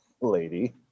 lady